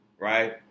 Right